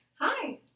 Hi